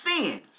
sins